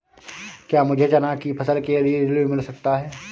क्या मुझे चना की फसल के लिए ऋण मिल सकता है?